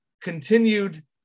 continued